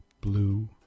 Blue